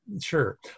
Sure